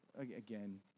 again